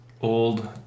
old